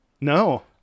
no